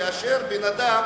כאשר בן-אדם